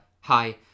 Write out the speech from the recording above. hi